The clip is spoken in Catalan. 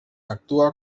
actua